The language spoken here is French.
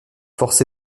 forcé